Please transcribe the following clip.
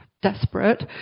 Desperate